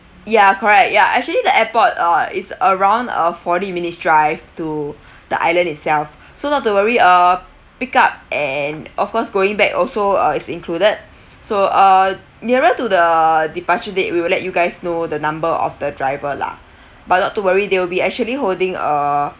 ya correct ya actually the airport uh is around a forty minute drive to the island itself so not to worry uh pick up and of course going back also uh is included so uh nearer to the departure date we will let you guys know the number of the driver lah but not too worry they will be actually holding a